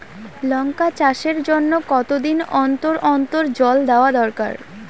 লঙ্কা চাষের জন্যে কতদিন অন্তর অন্তর জল দেওয়া দরকার?